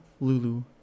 Lulu